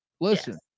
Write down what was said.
listen